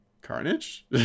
carnage